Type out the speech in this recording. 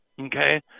Okay